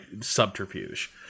subterfuge